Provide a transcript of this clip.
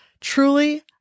truly